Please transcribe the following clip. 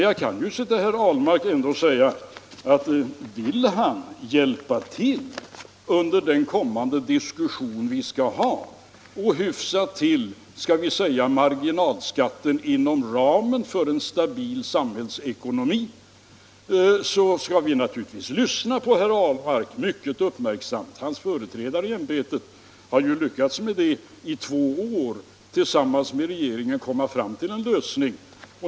Jag kan till herr Ahlmark ändå säga att vill han under den kommande diskussionen hjälpa till med att hyfsa marginalskatten inom ramen för en stabil samhällsekonomi så skall vi naturligtvis lyssna mycket uppmärksamt på herr Ahlmark. Hans företrädare i ämbetet har i två år lyckats att tillsammans med regeringen komma fram till en lösning.